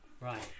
Right